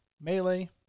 melee